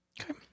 Okay